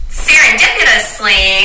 serendipitously